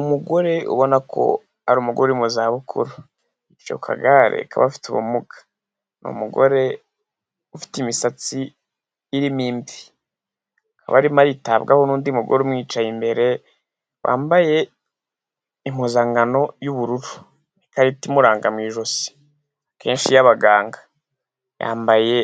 Umugore ubona ko ari umugore uri mu zabukuru. Yicaye ku kagare k'abafite ubumuga. Ni umugore ufite imisatsi irimo imvi. Akaba arimo aritabwaho n'undi mugore umwicaye imbere, wambaye impuzankano y'ubururu. N'ikarita imuranga mu ijosi. Kenshi y'abaganga. Yambaye